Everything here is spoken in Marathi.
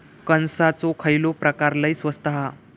कणसाचो खयलो प्रकार लय स्वस्त हा?